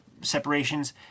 separations